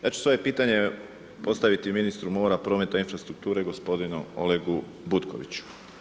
Ja ću svoje pitanje postaviti ministru mora, prometa, infrastrukture gospodinu Olegu Butkoviću.